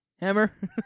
hammer